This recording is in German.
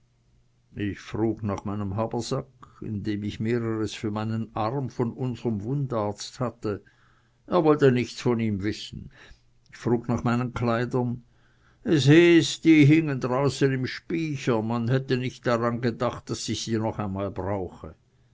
ich frug nach meinem habersack in dem ich mehreres für meinen arm von unserem wundarzt hatte er wollte nichts von ihm wissen ich frug nach meinen kleidern es hieß die hingen draußen im spycher man hätte nicht daran gedacht daß ich sie noch einmal brauche